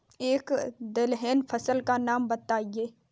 एक दलहन फसल का नाम बताइये